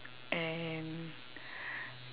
and